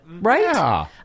right